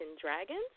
Dragons